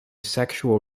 sexual